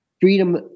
freedom